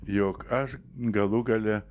jog aš galų gale